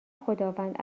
خداوند